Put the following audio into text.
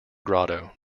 grotto